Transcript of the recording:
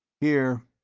here.